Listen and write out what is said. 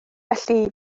felly